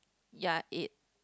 ya it